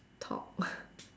talk